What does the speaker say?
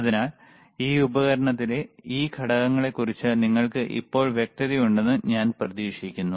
അതിനാൽ ഈ ഉപകരണത്തിലെ ഈ ഘടകങ്ങളെക്കുറിച്ച് നിങ്ങൾക്ക് ഇപ്പോൾ വ്യക്തതയുണ്ടെന്ന് ഞാൻ പ്രതീക്ഷിക്കുന്നു